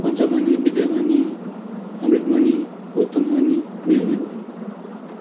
पञ्चमणि विद्यामणि अमृतमणि उत्तममणि निर्मणि